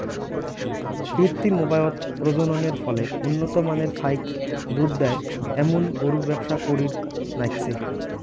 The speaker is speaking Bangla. কৃত্রিম উপায়ত প্রজননের ফলে উন্নত মানের ফাইক দুধ দেয় এ্যামুন গরুর ব্যবসা করির নাইগচে